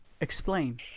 explain